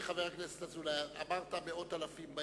חברי חבר הכנסת אזולאי, אמרת שבאים מאות אלפים.